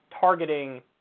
targeting